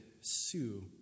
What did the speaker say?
Sue